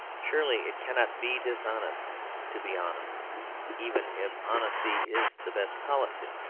surely it cannot be dishonest to be honest even if honesty is the best policy.